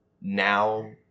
now